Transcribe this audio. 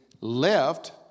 left